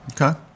Okay